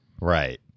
Right